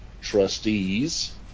trustees